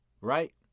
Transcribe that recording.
right